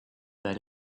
that